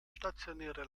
stationäre